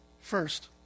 First